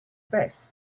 best